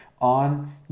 on